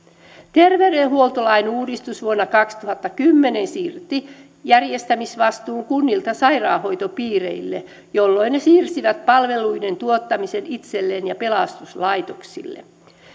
terveydenhuoltolain uudistus vuonna kaksituhattakymmenen siirsi järjestämisvastuun kunnilta sairaanhoitopiireille jolloin ne siirsivät palveluiden tuottamisen itselleen ja pelastuslaitoksille